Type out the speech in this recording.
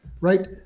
right